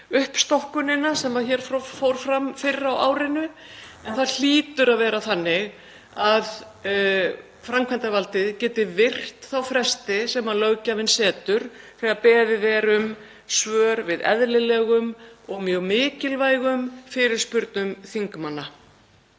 uppstokkunina sem fór fram fyrr á árinu. En það hlýtur að vera þannig að framkvæmdarvaldið geti virt þá fresti sem löggjafinn setur þegar beðið er um svör við eðlilegum og mjög mikilvægum fyrirspurnum þingmanna.